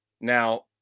now